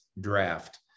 draft